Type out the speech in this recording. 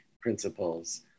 principles